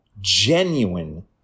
genuine